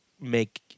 make